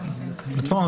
הגיוני.